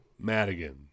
Madigan